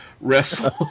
wrestle